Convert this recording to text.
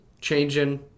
changing